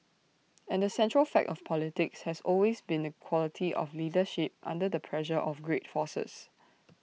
and the central fact of politics has always been the quality of leadership under the pressure of great forces